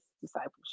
discipleship